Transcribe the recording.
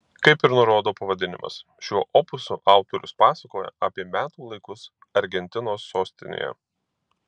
kaip ir nurodo pavadinimas šiuo opusu autorius pasakoja apie metų laikus argentinos sostinėje